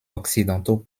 occidentaux